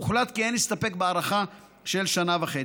הוחלט כי אין להסתפק בהארכה של שנה וחצי.